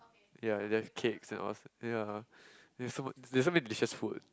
ya there's cakes and all ya there's so much there's so many delicious food